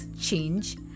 change